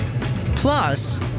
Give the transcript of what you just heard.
Plus